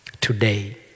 Today